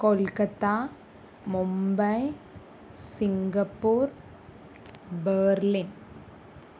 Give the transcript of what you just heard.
Kolkata Mumbai Singapore Berlin